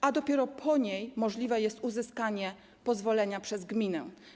a dopiero po niej możliwe jest uzyskanie pozwolenia przez gminę.